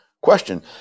question